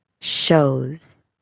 shows